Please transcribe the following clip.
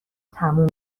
تمام